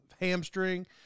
Hamstring